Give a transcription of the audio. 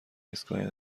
ایستگاه